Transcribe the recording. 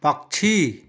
पक्षी